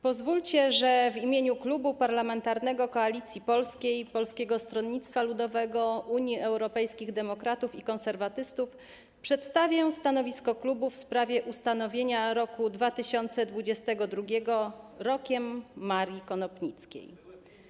Pozwólcie, że w imieniu Klubu Parlamentarnego Koalicja Polska - Polskie Stronnictwo Ludowe, Unia Europejskich Demokratów, Konserwatyści przedstawię stanowisko klubu w sprawie ustanowienia roku 2022 rokiem Marii Konopnickiej.